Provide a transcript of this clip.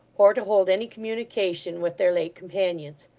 or to hold any communication with their late companions.